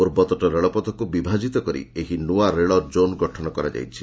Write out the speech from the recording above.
ପୂର୍ବତଟ ରେଳପଥକୁ ବିଭାଜିତ କରି ଏହି ନୂଆ ରେଳ ଜୋନ୍ ଗଠନ କରାଯାଇଛି